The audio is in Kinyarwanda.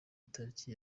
itariki